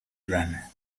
rana